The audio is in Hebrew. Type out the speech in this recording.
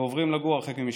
ועוברים לגור הרחק ממשפחתם.